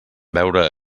veure